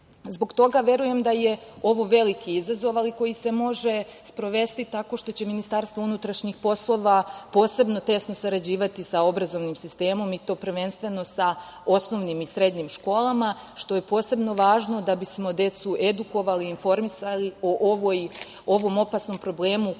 toga verujem da je ovo veliki izazov, ali koji se može sprovesti tako što će MUP posebno tesno sarađivati sa obrazovnim sistemom, i to prvenstveno sa osnovnim i srednjim školama, što je posebno važno da bismo decu edukovali, informisali o ovom opasnom problemu